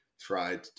tried